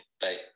Bye